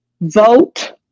vote